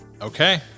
okay